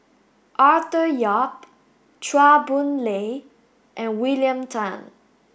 Arthur Yap Chua Boon Lay and William Tan